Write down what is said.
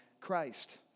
Christ